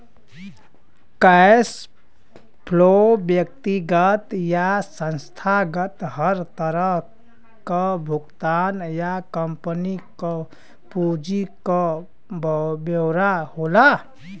cash flow व्यक्तिगत या संस्थागत हर तरह क भुगतान या कम्पनी क पूंजी क ब्यौरा होला